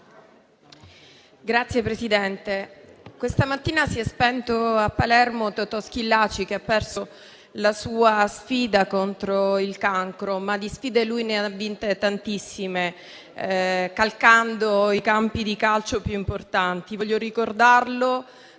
Signora Presidente, questa mattina si è spento a Palermo Totò Schillaci, che ha perso la sua sfida contro il cancro. Di sfide lui ne ha però vinte tantissime, calcando i campi di calcio più importanti.